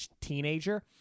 teenager